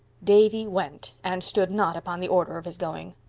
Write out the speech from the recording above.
davy went, and stood not upon the order of his going.